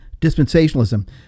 dispensationalism